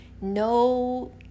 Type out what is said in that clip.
no